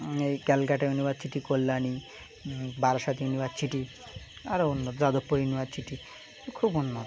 এই Calcutta university Kalyani Barasat university আরও উন্নত যাদবপুর ইউনিভার্সিটি খুব উন্নত